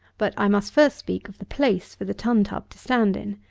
but i must first speak of the place for the tun-tub to stand in.